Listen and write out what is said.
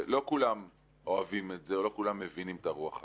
שלא כולם אוהבים את זה או לא כולם מבינים את הרוח הזאת,